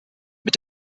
mit